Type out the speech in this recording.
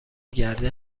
گرده